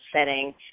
setting